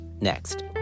next